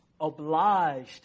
obliged